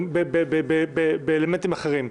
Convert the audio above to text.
באלמנטים אחרים.